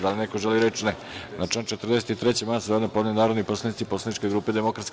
Da li neko želi reč? (Ne) Na 43. amandman su zajedno podneli narodni poslanici poslaničke grupe DS.